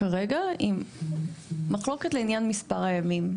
המחלוקת כרגע היא רק לגבי מספר הימים.